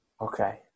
Okay